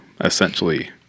essentially